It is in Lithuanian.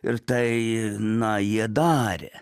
ir tai na jie darė